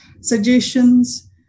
suggestions